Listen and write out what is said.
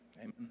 Amen